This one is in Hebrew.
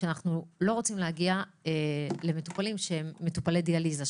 שאנחנו לא רוצים להגיע למטופלים שהם מטופלי דיאליזה,